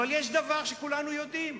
אבל יש דבר שכולנו יודעים.